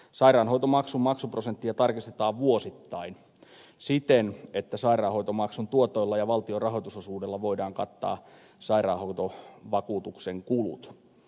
sairaanhoitomaksun maksuprosenttia tarkistetaan vuosittain siten että sairaanhoitomaksun tuotoilla ja valtion rahoitusosuudella voidaan kattaa sairaanhoitovakuutuksen kulut